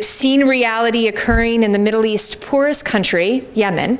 obscene reality occurring in the middle east poorest country yemen